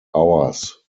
hours